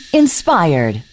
inspired